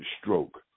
stroke